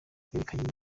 berekanye